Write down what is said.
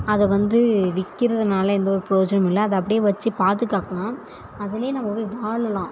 அதை வந்து விற்றுறதுனால எந்த ஒரு ப்ரோயோஜனமும் இல்லை அதை அப்படியே வச்சு பாதுகாக்கணும் அதிலயே நம்ம போய் வாழலாம்